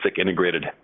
integrated